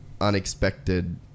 unexpected